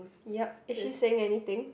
yup is she saying anything